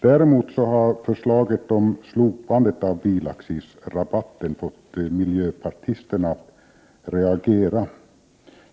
Däremot har förslaget om slopande av bilaccisrabatten fått miljöpartisterna att reagera.